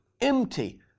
empty